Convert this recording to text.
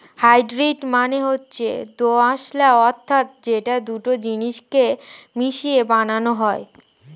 hybrid মানে হচ্ছে দোআঁশলা অর্থাৎ যেটা দুটো জিনিস কে মিশিয়ে বানানো হয়